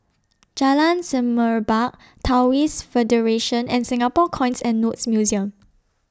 Jalan Semerbak Taoist Federation and Singapore Coins and Notes Museum